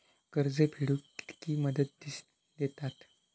कर्ज फेडूक कित्की मुदत दितात?